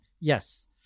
Yes